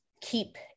keep